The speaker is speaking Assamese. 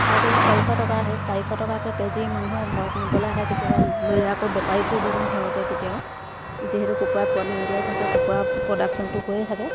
পাৰ কেজি চাৰিশ টকা সেই চাৰিশ টকাকৈ কেজি মানুহে ঘৰত নিবলৈ আহে কেতিয়াবা লৈ যায় আকৌ বেপাৰীকো দি দিওঁ সৰহকৈ কেতিয়াবা যিহেতু কুকুৰাই পোৱালি উলিয়াই থাকে কুকুৰাৰ প্ৰডাকশ্যনটো হৈয়ে থাকে